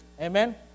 Amen